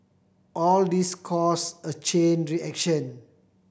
all these cause a chain reaction